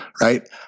right